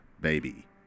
Baby